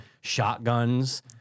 Shotguns